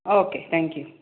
okay thank you